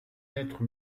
lettre